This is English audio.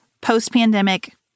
post-pandemic